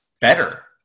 better